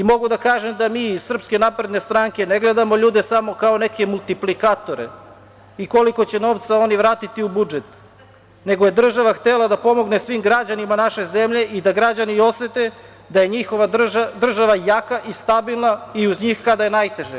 Mogu da kažem da mi iz SNS ne gledamo ljude samo kao neke multiplikatore i koliko će novca oni vratiti u budžet, nego je država htela da pomogne svim građanima naše zemlje i da građani osete da je njihova država jaka i stabilna i uz njih kada je najteže.